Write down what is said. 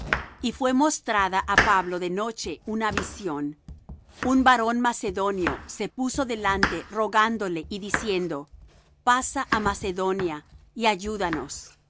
y fué mostrada á pablo de noche una visión un varón macedonio se puso delante rogándole y diciendo pasa á macedonia y ayúdanos